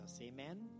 Amen